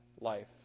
life